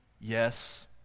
yes